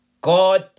God